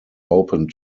opened